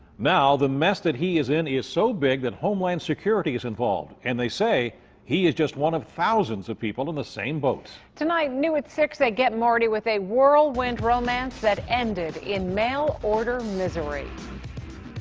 now the mess that he is in is so big that homeland security is involved, and they say he is just one of thousands of people in the same boat. tonight new at six zero, get marty with a whirlwind romance that ended in mail order misery.